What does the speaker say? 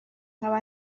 nkaba